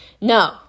no